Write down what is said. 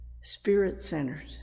spirit-centered